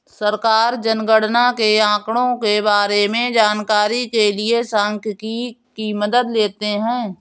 सरकार जनगणना के आंकड़ों के बारें में जानकारी के लिए सांख्यिकी की मदद लेते है